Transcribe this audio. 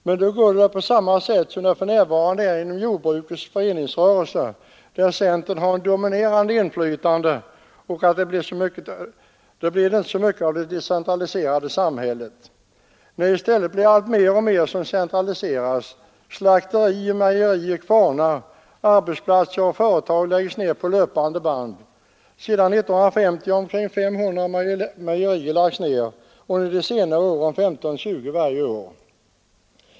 Men då går det väl på samma sätt som inom jordbrukets föreningsrörelse, där centern har ett dominerande inflytande men där det inte blir så mycket av det decentraliserade samhället. I stället genomför man en allt starkare centralisering, t.ex. av slakterier, mejerier och kvarnar, Arbetsplatser och företag läggs ned på löpande band. Sedan 1950 har omkring 500 mejerier lagts ned. Under vart och ett av de senaste åren har 15—20 mejerier rationaliserats bort.